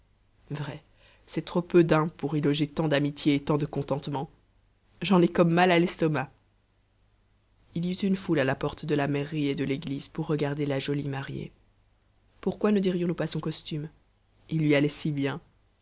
vrai c'est trop peu d'un pour y loger tant d'amitiés et tant de contentement j'en ai comme mal à l'estomac il y eut une foule à la porte de la mairie et de l'église pour regarder la jolie mariée pourquoi ne dirions nous pas son costume il lui allait si bien